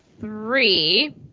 three